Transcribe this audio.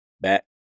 back